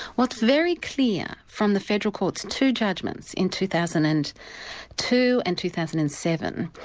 what's very clear from the federal court's two judgments in two thousand and two and two thousand and seven,